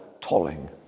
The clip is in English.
tolling